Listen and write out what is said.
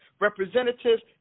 Representatives